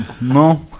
no